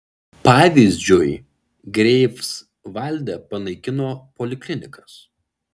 pavyzdžiui greifsvalde panaikino poliklinikas